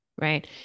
right